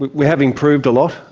we we have improved a lot,